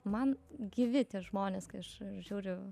man gyvi tie žmonės kai aš žiūriu